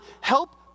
help